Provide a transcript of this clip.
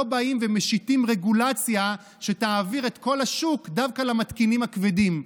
לא באים ומשיתים רגולציה שתעביר את כל השוק דווקא למתקינים הכבדים.